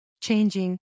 changing